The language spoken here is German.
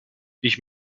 ich